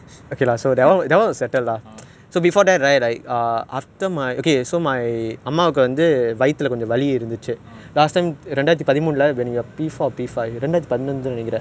okay lah so whatever that want to settle lah so before that right I uh after my okay so my amalgam